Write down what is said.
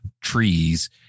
trees